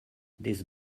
this